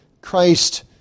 Christ